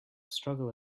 struggle